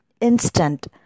instant